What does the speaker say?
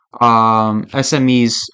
SMEs